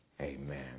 amen